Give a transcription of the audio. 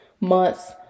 months